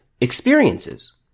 experiences